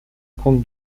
comte